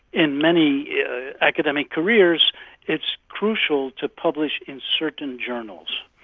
in many academic careers it's crucial to publish in certain journals,